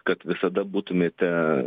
kad visada būtumėte